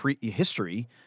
history